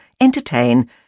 entertain